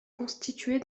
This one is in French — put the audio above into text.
constituée